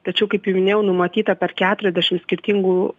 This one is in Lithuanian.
tačiau kaip jau minėjau numatyta per keturiasdešim skirtingų